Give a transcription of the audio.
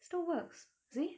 still works see